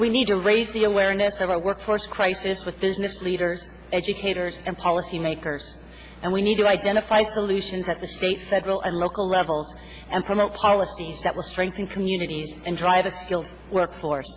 we need to raise the awareness of our workforce crisis with business leaders educators and policymakers and we need to identify solutions at the state federal and local level and promote policies that will strengthen communities and drive a skilled workforce